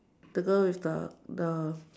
the girl with the the